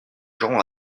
gens